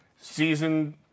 season